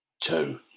Two